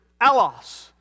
alos